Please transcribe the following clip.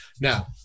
Now